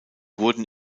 wurden